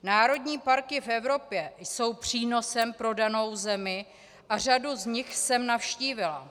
Národní parky v Evropě jsou přínosem pro danou zemi a řadu z nich jsem navštívila.